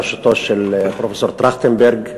בראשותו של פרופסור טרכטנברג,